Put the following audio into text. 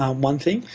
um one thing.